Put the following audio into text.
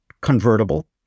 convertible